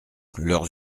leurs